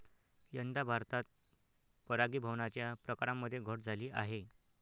यंदा भारतात परागीभवनाच्या प्रकारांमध्ये घट झाली आहे